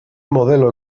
modelo